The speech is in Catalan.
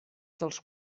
dels